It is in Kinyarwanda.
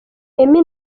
emmy